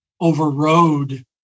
overrode